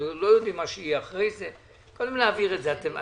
אנחנו לא יודעים מה יהיה אחר כך ולכן קודם להעביר את זה בקריאה ראשונה.